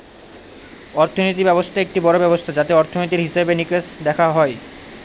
অর্থনীতি ব্যবস্থা একটি বড়ো ব্যবস্থা যাতে অর্থনীতির, হিসেবে নিকেশ দেখা হয়